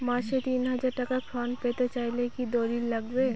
মাসে তিন হাজার টাকা ঋণ পেতে চাইলে কি দলিল লাগবে?